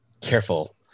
careful